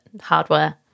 hardware